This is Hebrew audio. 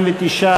49,